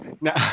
Now